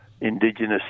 Indigenous